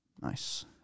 Nice